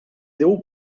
déu